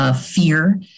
fear